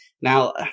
Now